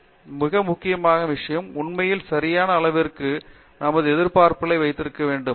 எனவே மிக முக்கியமான விஷயம் உண்மையில் சரியான அளவிற்கு நமது எதிர்பார்ப்புகளை வைத்திருக்க வேண்டும்